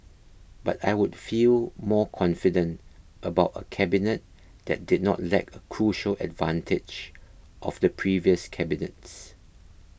but I would feel more confident about a cabinet that did not lack a crucial advantage of the previous cabinets